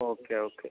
okay okay